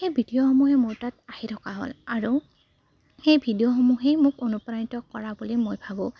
সেই ভিডিঅ'সমূহে মোৰ তাত আহি থকা হ'ল আৰু সেই ভিডিঅ'সমূহেই মোক অনুপ্ৰাণিত কৰা বুলি মই ভাবোঁ